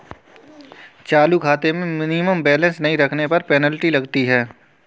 चालू खाते में मिनिमम बैलेंस नहीं रखने पर पेनल्टी लगती है